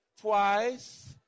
twice